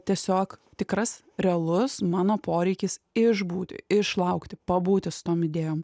tiesiog tikras realus mano poreikis išbūti išlaukti pabūti su tom idėjom